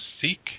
seek